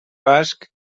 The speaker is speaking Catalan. basc